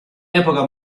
epoca